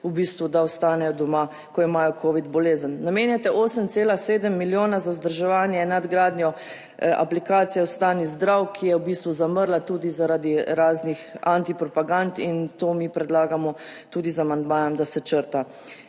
da ostanejo doma, ko imajo Covid bolezen. Namenjate 8,7 milijona za vzdrževanje in nadgradnjo aplikacije Ostani zdrav, ki je v bistvu zamrla tudi zaradi raznih anti-propagand in to mi predlagamo tudi z amandmajem, da se črta.